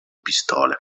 pistole